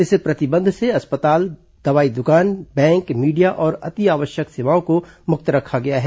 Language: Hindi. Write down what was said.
इस प्रतिबंध से अस्पताल दवाई दुकान बैंक मीडिया और अति आवश्यक सेवाओं को मुक्त रखा गया है